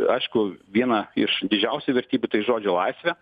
aišku vieną iš didžiausių vertybių tai žodžio laisvę